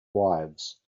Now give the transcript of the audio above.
wives